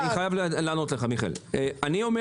אני חייב לענות לך מיכאל.